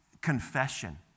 Confession